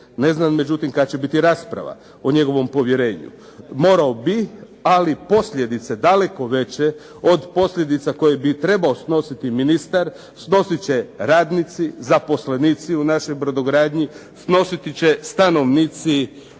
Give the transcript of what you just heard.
Ne znam međutim kad će biti rasprava o njegovom povjerenju. Morao bi, ali posljedice daleko veće od posljedica koje bi trebao snositi ministar snosit će radnici, zaposlenici u našoj brodogradnji, snositi će stanovnici